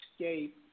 escape